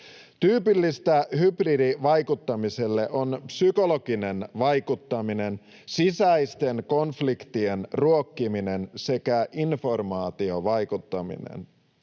Tyypillistä hybridivaikuttamiselle on psykologinen vaikuttaminen, sisäisten konfliktien ruokkiminen sekä informaatiovaikuttaminen.